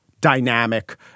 dynamic